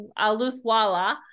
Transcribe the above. Aluthwala